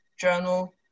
journal